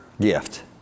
gift